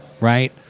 right